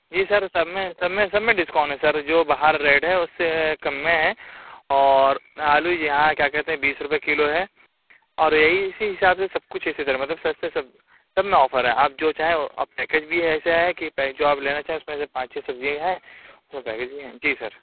جی sir سب میں سب میں سب میں ڈسكاؤنٹ ہے سر جو باہر ریٹ ہے اُس سے كم میں ہے اور آلو یہاں کیا کہتے ہیں بیس روپے كیلو ہے اور یہی اِسی حساب سے سب كچھ ہے اِسی طرح مطلب سَستا سب میں آفر ہے آپ جو چاہیں اور پیکیج بھی ایسا ہے كہ جو آپ لینا چاہیں اُس میں سے پانچ چھ سبزی ہیں اُس میں پیكیج بھی ہیں جی سر